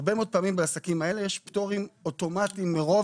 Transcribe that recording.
הרבה מאוד פעמים בעסקים האלה יש פטורים אוטומטיים מרוב